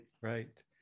right